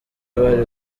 bari